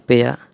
ᱟᱯᱮᱭᱟᱜ